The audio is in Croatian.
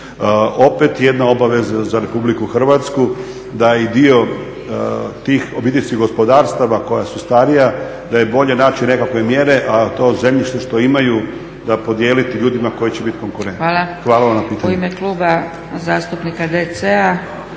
Opet jedna obaveza za Republiku Hrvatsku da i dio tih obiteljskih gospodarstava koja su starija da je bolje naći nekakve mjere a to zemljište što imaju ga podijeliti ljudima koji će biti konkurentni. Hvala vam na pitanju.